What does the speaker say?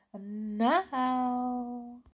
now